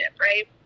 right